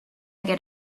get